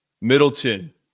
Middleton